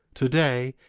today,